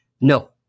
No